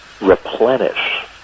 replenish